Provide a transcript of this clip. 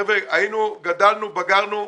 חבר'ה, גדלנו ובגרנו.